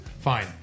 fine